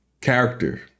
character